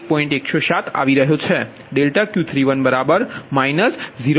107 આવી રહ્યો છે∆Q31 0